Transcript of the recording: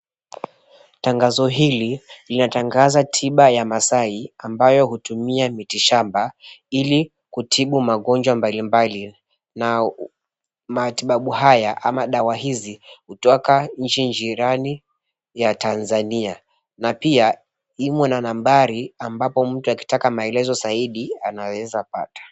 Tangazo hil, linatangaza tiba ya Masai ambayo hutumia miti shamba ili kutibu magonjwa mbali mbali na matibabu haya ama dawa hizi hutoka nchi jirani ya Tanzania. Na pia, imo na nambari ambapo mtu akitaka maelezo zaidi anaweza pata.